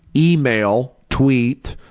email, tweet.